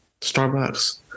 Starbucks